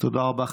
תודה רבה.